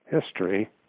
history